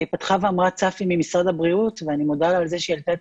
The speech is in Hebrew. אמרה צפי ממשרד הבריאות,